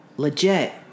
Legit